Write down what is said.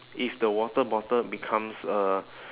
if the water bottle becomes uh